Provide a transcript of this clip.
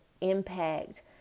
impact